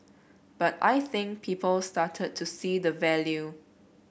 but I think people started to see the value